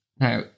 Now